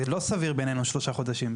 זה לא סביר בעינינו שלושה חודשים,